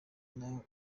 naho